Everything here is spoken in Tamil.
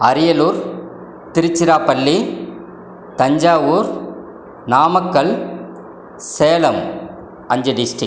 அரியலூர் திருச்சிராப்பள்ளி தஞ்சாவூர் நாமக்கல் சேலம் அஞ்சு டிஸ்டிரிக்